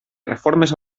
reformes